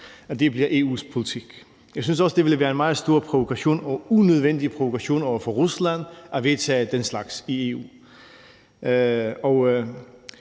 det bliver EU's politik. Jeg synes også, det ville være en meget stor og unødvendig provokation over for Rusland at vedtage den slags i EU.